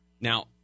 Now